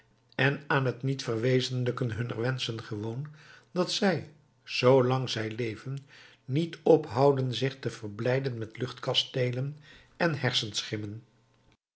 en aan het niet verwezenlijken hunner wenschen gewoon dat zij zoo lang zij leven niet ophouden zich te verblijden met luchtkasteelen en hersenschimmen